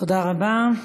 תודה רבה.